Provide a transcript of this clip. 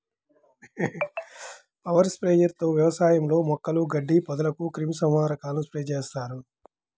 power sprayer తో వ్యవసాయంలో మొక్కలు, గడ్డి, పొదలకు క్రిమి సంహారకాలను స్ప్రే చేస్తారు